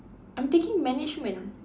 I'm taking management